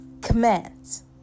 commands